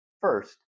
First